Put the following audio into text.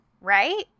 Right